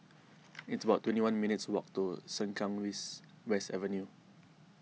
it's about twenty one minutes' walk to Sengkang vis West Avenue